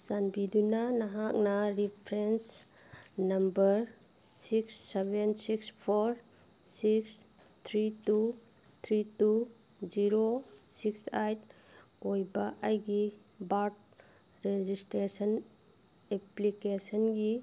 ꯆꯥꯟꯕꯤꯗꯨꯅ ꯅꯍꯥꯛꯅ reference number six seven six four six three two three two zero six eight ꯑꯣꯏꯕ ꯑꯩꯒꯤ Bharat registration ꯑꯦꯄ꯭ꯂꯤꯀꯦꯁꯟꯒꯤ